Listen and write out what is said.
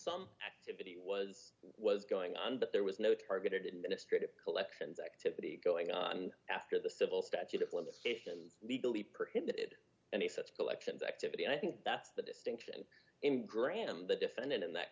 some activity was was going on but there was no targeted industry to collections activity going on after the civil statute of limitations legally prohibited any such collections activity and i think that's the distinction in grand the defendant in that